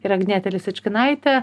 ir agnietė lisičkinaitė